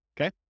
Okay